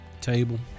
table